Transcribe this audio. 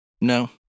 No